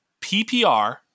PPR